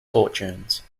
fortunes